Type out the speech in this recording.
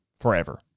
forever